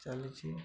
ଚାଲିଛି